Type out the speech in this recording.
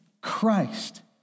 Christ